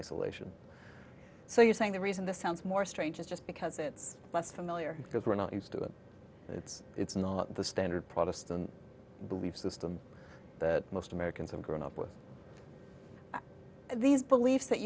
isolation so you're saying the reason this sounds more strange is just because it's less familiar because we're not used to it it's it's not the standard protestant belief system that most americans have grown up with these beliefs that